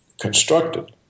constructed